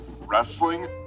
wrestling